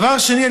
דבר שני,